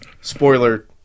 spoiler